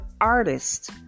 artist